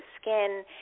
skin